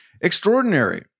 extraordinary